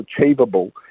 achievable